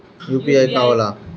UPI का होला?